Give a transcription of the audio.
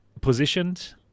positioned